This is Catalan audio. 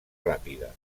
ràpida